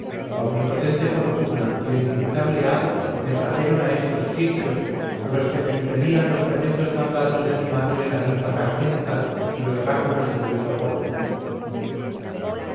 la omnipotente fortuna y el inevitable hado me trajeron a estos sitios a los que me impelían los tremendos mandatos de mi madre la ninfa carmenta y los oráculos del dios apolo